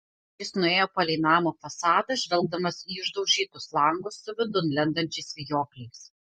jis nuėjo palei namo fasadą žvelgdamas į išdaužytus langus su vidun lendančiais vijokliais